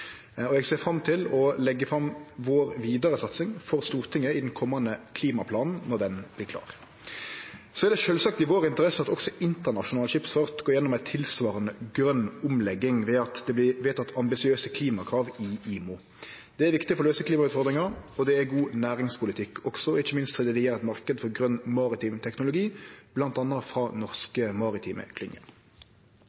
Eg ser fram til å leggje fram for Stortinget den vidare satsinga vår i den komande klimaplanen når han vert klar. Det er sjølvsagt i vår interesse at også internasjonal skipsfart går gjennom ei tilsvarande grøn omlegging ved at det vert vedteke ambisiøse klimakrav i IMO. Det er viktig for å løyse klimautfordringa, og det er god næringspolitikk, ikkje minst fordi det gjev ein marknad for grøn maritim teknologi, bl.a. frå